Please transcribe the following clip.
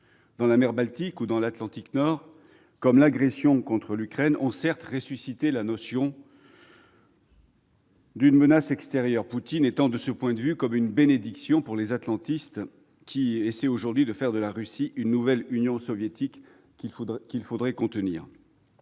dans la mer Baltique ou dans l'Atlantique Nord, comme l'agression contre l'Ukraine, ont ressuscité la notion d'une menace extérieure, Poutine étant, de ce point de vue, une bénédiction pour les atlantistes qui essaient aujourd'hui de faire de la Russie une nouvelle Union soviétique, qu'il faudrait contenir.